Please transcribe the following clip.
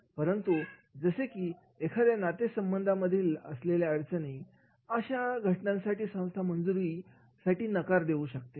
परंतु जसे की एखादा नातेसंबंधातील असलेल्या अडचणी अशा घटनांसाठी संस्था मंजुरीस नकार देऊ शकते